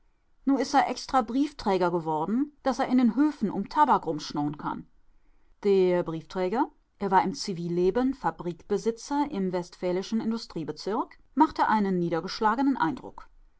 nu is a extra briefträger geworden daß a in a höfen um tabak rumschnorr'n kann der briefträger er war im zivilleben fabrikbesitzer im westfälischen industriebezirk machte einen niedergeschlagenen eindruck